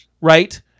right